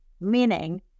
meaning